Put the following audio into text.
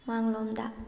ꯃꯥꯡꯂꯣꯝꯗ